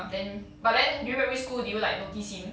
then but then during primary school do you like notice him